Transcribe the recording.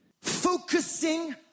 Focusing